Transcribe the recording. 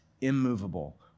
immovable